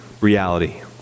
reality